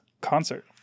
concert